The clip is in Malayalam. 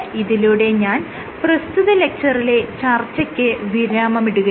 ഇതിലൂടെ ഞാൻ പ്രസ്തുത ലെക്ച്ചറിലെ ചർച്ചയ്ക്ക് വിരാമമിടുകയാണ്